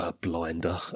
blinder